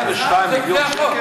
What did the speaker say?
נותרו חובות של 22 מיליון שקל.